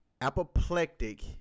Apoplectic